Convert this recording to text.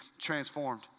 transformed